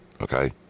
okay